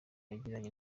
yagiranye